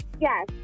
Yes